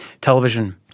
Television